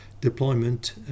deployment